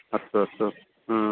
अस्तु अस्तु हा